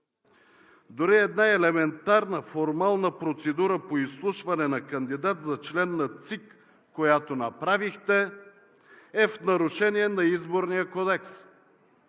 Дори една елементарна, формална процедура по изслушване на кандидат за член на ЦИК, която направихте, е в нарушение на Изборния кодекс,